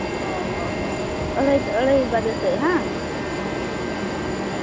ᱚᱻ ᱦᱚᱸ ᱦᱚᱸ ᱟᱹᱲᱟᱹᱭᱴᱟ ᱟᱹᱲᱟᱹᱭ ᱵᱟᱡᱮ ᱥᱮᱫ ᱵᱟᱝ ᱦᱮᱸ